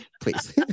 please